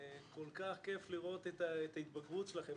כל כך כייף לראות את ההתבגרות שלכם,